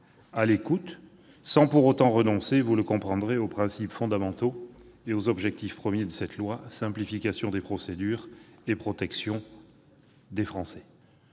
à l'écoute, sans pour autant renoncer, vous le comprendrez, aux principes fondamentaux et aux objectifs premiers de ce projet de loi, qui sont la simplification des procédures et la protection des Français.